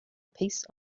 piece